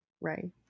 right